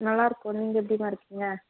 நல்லா இருக்கோம் நீங்கள் எப்படிம்மா இருக்கீங்க